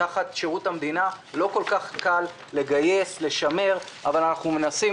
תחת שירות המדינה לא כל כך קל לגייס ולשמר אבל אנחנו מנסים